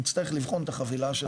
נצטרך לבחון את החבילה של השנה הראשונה.